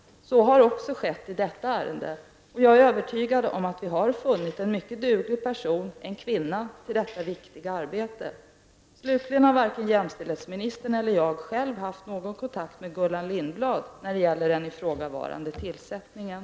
Så har också skett i detta ärende och jag är övertygad om att vi har funnit en mycket duglig person, en kvinna, till detta viktiga arbete. Slutligen har varken jämställdhetsministern eller jag själv haft någon kontakt med Gullan Lindblad när det gäller den ifrågavarande tillsättningen.